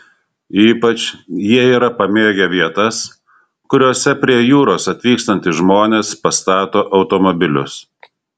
ypač jie yra pamėgę vietas kuriose prie jūros atvykstantys žmones pastato automobilius